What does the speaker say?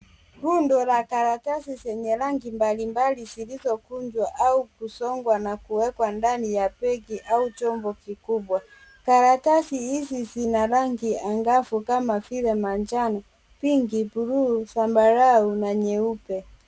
Rundo la karatasi zenye rangi mbalimbali zilizokunjwa au kusongwa na kuwekwa ndani ya begi au chombo kikubwa. Karatasi hizi zina rangi angavu kama vile manjano, pinki, bluu, zambarau na nyeupe.